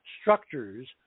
structures